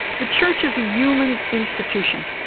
the church is a human institution,